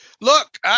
Look